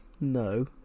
No